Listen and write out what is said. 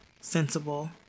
sensible